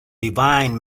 divine